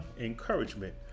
encouragement